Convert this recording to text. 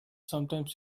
sometimes